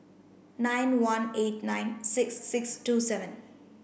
nine one eight nine six six two seven